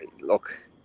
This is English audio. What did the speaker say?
look